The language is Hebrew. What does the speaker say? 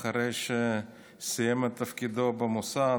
אחרי שסיים את תפקידו במוסד,